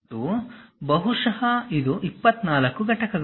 ಮತ್ತು ಬಹುಶಃ ಇದು 24 ಘಟಕಗಳು